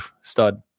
stud